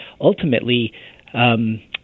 ultimately